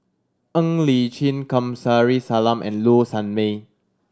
Ng Li Chin Kamsari Salam and Low Sanmay